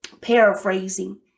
paraphrasing